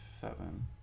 seven